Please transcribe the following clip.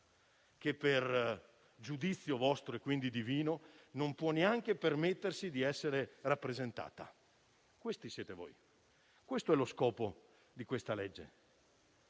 che per giudizio vostro - e quindi divino - non può neanche permettersi di essere rappresentata. Questi siete voi, questo è lo scopo di questa legge: